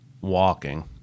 walking